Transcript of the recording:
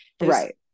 Right